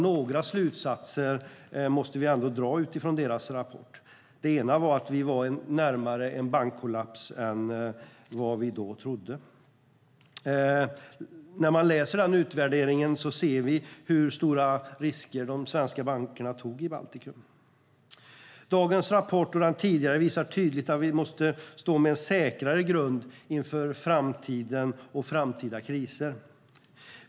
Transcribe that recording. Några slutsatser måste vi dra av deras rapport. En av dem är att vi var närmare en bankkollaps än vad vi då trodde. När man läser utvärderingen ser man hur stora risker de svenska bankerna tog i Baltikum. Dagens rapport och den tidigare visar tydligt att vi måste stå på en säkrare grund inför framtiden och framtida kriser.